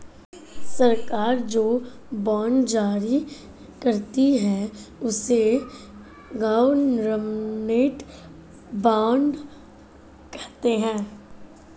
सरकार जो बॉन्ड जारी करती है, उसे गवर्नमेंट बॉन्ड कहते हैं